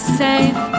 safe